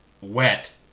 wet